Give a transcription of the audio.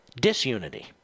disunity